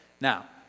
Now